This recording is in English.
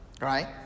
right